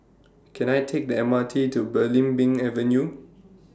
Can I Take The M R T to Belimbing Avenue